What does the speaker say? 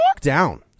down